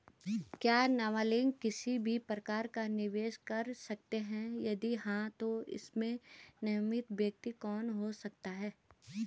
क्या नबालिग किसी भी प्रकार का निवेश कर सकते हैं यदि हाँ तो इसमें नामित व्यक्ति कौन हो सकता हैं?